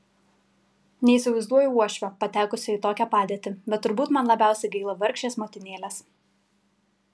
neįsivaizduoju uošvio patekusio į tokią padėtį bet turbūt man labiausiai gaila vargšės motinėlės